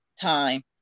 time